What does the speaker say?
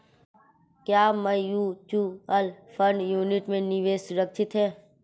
क्या mutual fund unit में निवेश सुरक्षित है?